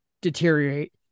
deteriorate